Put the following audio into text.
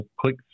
click